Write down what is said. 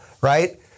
right